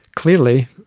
Clearly